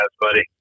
buddy